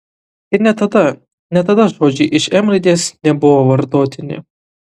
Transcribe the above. ir net tada net tada žodžiai iš m raidės nebuvo vartotini